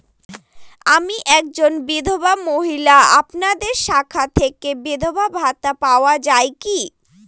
আমি একজন বিধবা মহিলা আপনাদের শাখা থেকে বিধবা ভাতা পাওয়া যায় কি?